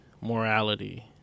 morality